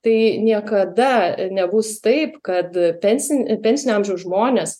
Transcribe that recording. tai niekada nebus taip kad pensinį pensinio amžiau žmonės